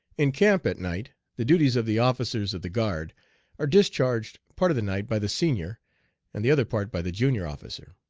in camp at night the duties of the officers of the guard are discharged part of the night by the senior and the other part by the junior officer.